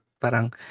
parang